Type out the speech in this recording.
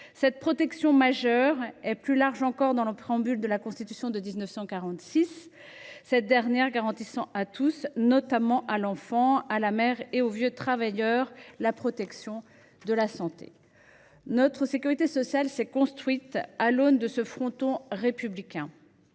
Cette protection majeure est définie plus largement encore dans le préambule de la Constitution de 1946, qui garantit « à tous, notamment à l’enfant, à la mère et aux vieux travailleurs, la protection de la santé ». Notre sécurité sociale s’est construite à l’abri de ce fronton républicain.